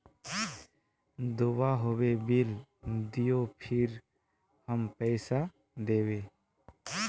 दूबा होबे बिल दियो फिर हम पैसा देबे?